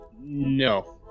No